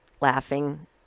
laughing